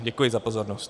Děkuji za pozornost.